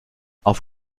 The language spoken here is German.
auf